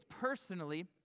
personally